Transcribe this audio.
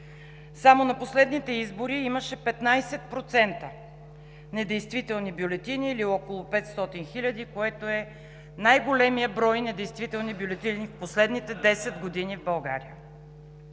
Само на последните избори имаше 15% недействителни бюлетини или около 500 хиляди, което в България е най-големият брой недействителни бюлетини за последните 10 години. Това